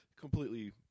completely